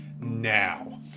now